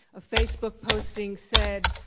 a facebook posting said,